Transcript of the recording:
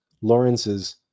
Lawrence's